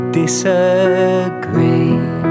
disagree